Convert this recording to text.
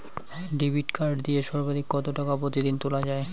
Debit card দিয়ে সর্বাধিক কত টাকা প্রতিদিন তোলা য়ায়?